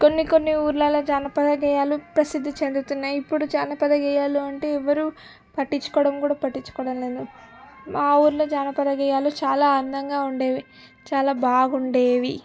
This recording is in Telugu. కొన్ని కొన్ని ఊర్లలో జానపద గేయాలు ప్రసిద్ధి చెందుతున్నాయి ఇప్పుడు జానపద గేయాలు అంటే ఎవరు పట్టించుకోడం కూడా పట్టించుకోడం లేదు మా ఊర్లో జానపద గేయాలు చాలా అందంగా ఉండేవి చాలా బాగుండేవి